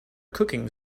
cooking